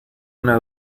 una